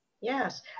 Yes